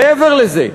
מעבר לזה,